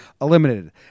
eliminated